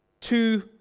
two